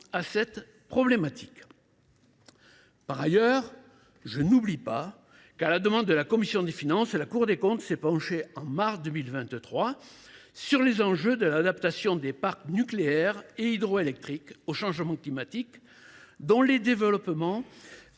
à cette question. Par ailleurs, je n’oublie pas que, à la demande de la commission des finances, la Cour des comptes s’est penchée en mars 2023 sur les enjeux de l’adaptation des parcs nucléaire et hydroélectrique au changement climatique. Ses développements